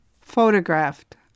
Photographed